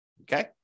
Okay